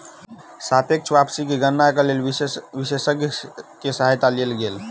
सापेक्ष वापसी के गणना के लेल विशेषज्ञ के सहायता लेल गेल